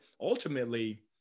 ultimately